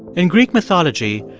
in greek mythology,